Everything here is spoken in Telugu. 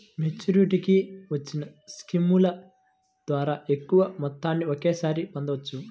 మెచ్యూరిటీకి వచ్చిన స్కీముల ద్వారా ఎక్కువ మొత్తాన్ని ఒకేసారి పొందవచ్చు